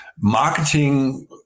marketing